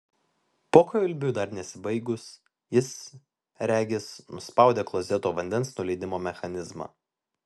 pokalbiui dar nesibaigus jis regis nuspaudė klozeto vandens nuleidimo mechanizmą